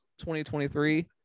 2023